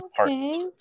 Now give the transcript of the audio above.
Okay